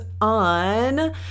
on